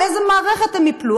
על איזו מערכת הן ייפלו?